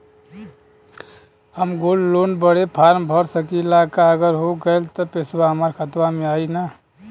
हम gold loan बड़े form भर सकी ला का अगर हो गैल त पेसवा हमरे खतवा में आई ना?